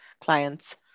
clients